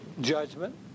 judgment